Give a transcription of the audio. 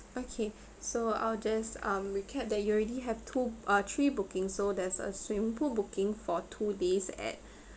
okay so I'll just um recap that you already have two uh three booking so there's a swimming pool booking for two days at